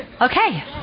Okay